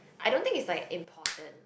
I don't think it's like important